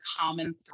common